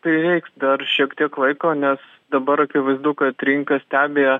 prireiks dar šiek tiek laiko nes dabar akivaizdu kad rinka stebi